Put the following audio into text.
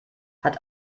hat